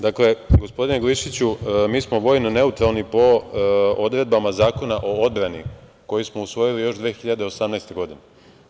Dakle, gospodine Glišiću, mi smo vojno neutralni po odredbama Zakona o odbrani koji smo usvojili još 2018. godine.